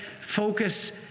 focus